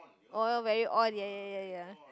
or very on ya ya ya ya